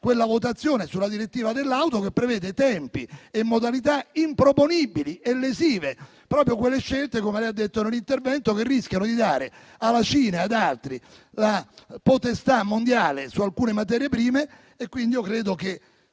della votazione sulla direttiva dell'auto, che prevede tempi e modalità improponibili e lesive. Sono proprio quelle scelte, come ha detto nel suo intervento, che rischiano di dare alla Cina e ad altri la potestà mondiale su alcune materie prime, ecco perché credo che